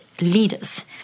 leaders